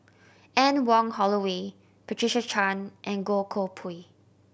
Anne Wong Holloway Patricia Chan and Goh Koh Pui